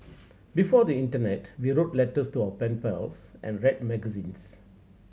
before the internet we wrote letters to our pen pals and read magazines